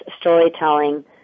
storytelling